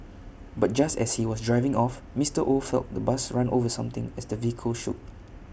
but just as he was driving off Mister oh felt the bus run over something as the vehicle shook